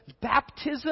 baptism